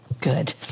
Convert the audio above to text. good